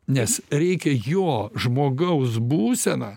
nes reikia jo žmogaus būseną